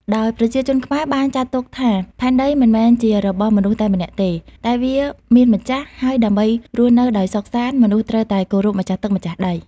ដោយប្រជាជនខ្មែរបានចាត់ទុកថា ផែនដីមិនមែនជារបស់មនុស្សតែម្នាក់ទេ តែវាមានម្ចាស់ ហើយដើម្បីរស់នៅដោយសុខសាន្ត មនុស្សត្រូវតែគោរពម្ចាស់ទឹកម្ចាស់ដី។